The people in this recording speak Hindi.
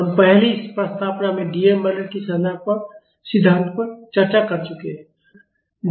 हम पहले ही प्रस्तावना में डीअलेम्बर्ट के सिद्धांत पर चर्चा कर चुके हैं